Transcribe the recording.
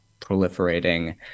proliferating